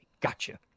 Gotcha